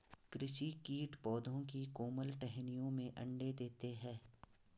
कृषि कीट पौधों की कोमल टहनियों में अंडे देते है